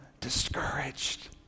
discouraged